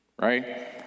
right